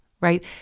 right